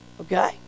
Okay